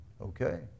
okay